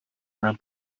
and